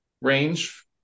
range